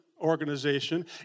organization